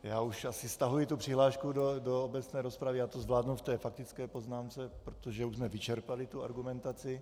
Já už asi stahuji přihlášku do obecné rozpravy, já to zvládnu v té faktické poznámce, protože už jsme vyčerpali argumentaci.